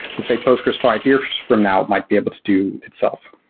and say, postgres five years from now might be able to do itself.